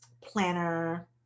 planner